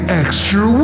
extra